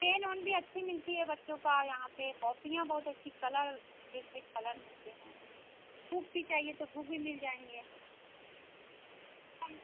pen उन भी अच्छी मिलती है बच्चों का यहाँ पर कॉपियाँ बहुत अच्छी कलर एक से एक कलर मिलते हैं बुक भी चाहिए तो बुक भी मिल जाएँगी कम